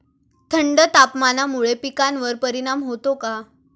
थंड तापमानामुळे पिकांवर परिणाम होतो का?